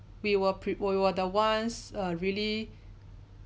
we will prep~ we were the ones err really